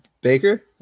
Baker